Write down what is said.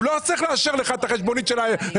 הוא לא צריך לאשר לך את החשבונית של האפס.